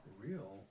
real